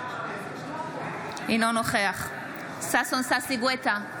אינו נוכח ששון ששי גואטה,